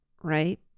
right